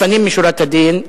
לפנים משורת הדין,